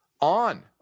on